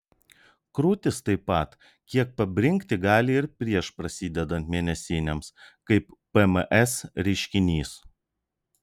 krūtys taip pat kiek pabrinkti gali ir prieš prasidedant mėnesinėms kaip pms reiškinys